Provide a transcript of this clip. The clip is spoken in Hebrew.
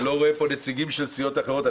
הבעיה שאני לא רואה פה נציגים של סיעות אחרות.